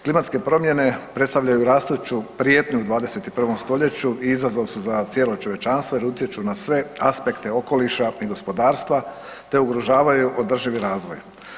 Klimatske promjene predstavljaju rastuću prijetnju u 21. st. i izazov su za cijelo čovječanstvo jer utječu na sve aspekte okoliša i gospodarstva te ugrožavaju održivi razvoj.